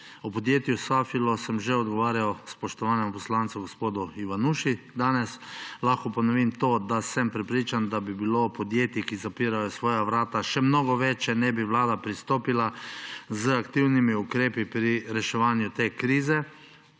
O podjetju Safilo sem že odgovarjal spoštovanemu poslancu gospodu Ivanuši danes. Lahko ponovim to, da sem prepričan, da bi bilo podjetij, ki zapirajo svoja vrata, še mnogo več, če ne bi Vlada pristopila z aktivnimi ukrepi pri reševanju te krize.